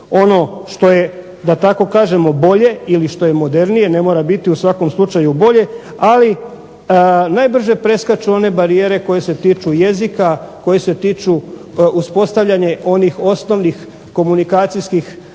ono što je da tako kažemo bolje ili što je modernije, ne mora biti u svakom slučaju bolje. Ali najbrže preskaču one barijere koje se tiču jezika, koje se tiču uspostavljanja onih osnovnih komunikacijskih